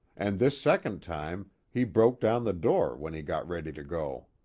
and this second time, he broke down the door when he got ready to go.